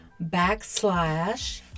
backslash